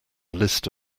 list